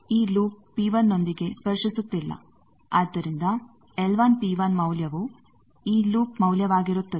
ಈ loop P1 ನೊಂದಿಗೆ ಸ್ಪರ್ಶಿಸುತ್ತಿಲ್ಲ ಆದ್ದರಿಂದ ಮೌಲ್ಯವು ಈ ಲೂಪ್ ಮೌಲ್ಯವಾಗಿರುತ್ತದೆ